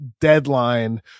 deadline